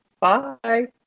Bye